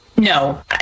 No